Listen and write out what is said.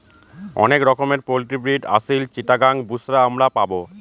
অনেক রকমের poultry breed Aseel, Chittagong, বুশরা আমরা পাবো